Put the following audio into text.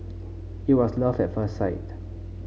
it was love at first sight